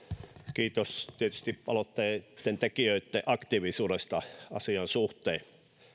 kiitos tietysti aloitteen tekijöitten aktiivisuudesta asian suhteen